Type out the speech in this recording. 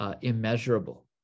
immeasurable